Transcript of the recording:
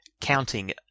counting